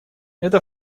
это